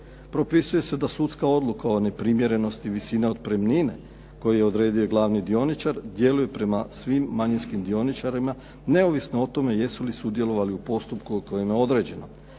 Propisuje se da sudska odluka o neprimjerenosti visine otpremnine koju je odredio i glavni dioničar djeluje prema svim manjinskim dioničarima neovisno o tome jesu li sudjelovali u postupku kojim je određeno.